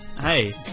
hey